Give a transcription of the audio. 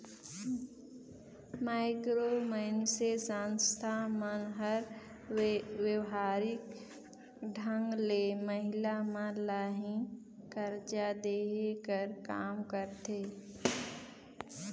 micro finance संस्था मन हर बेवहारिक ढंग ले महिला मन ल ही करजा देहे कर काम करथे